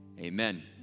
Amen